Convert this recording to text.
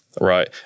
right